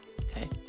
Okay